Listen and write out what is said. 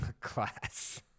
class